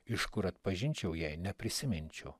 iš kur atpažinčiau jei neprisiminčiau